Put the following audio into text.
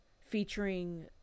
featuring